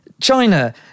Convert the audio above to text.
China